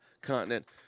continent